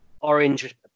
orange